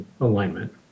alignment